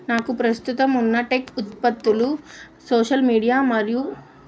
నాకు ప్రస్తుతం ఉన్న టెక్ ఉత్పత్తులు సోషల్ మీడియా మరియు